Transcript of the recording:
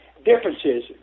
differences